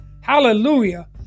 Hallelujah